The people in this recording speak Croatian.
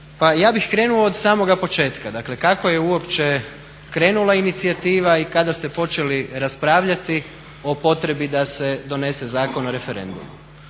Pa ja bih krenuo od samog početka, dakle kako je uopće krenula inicijativa i kada ste počeli raspravljati o potrebi da se donese Zakon o referendumu.